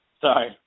sorry